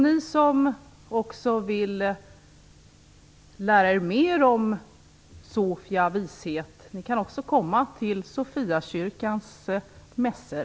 Ni som vill lära er mer om Sofia, Visheten, kan komma till Sofiakyrkans mässor.